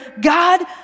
God